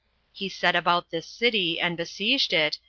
he set about this city, and besieged it.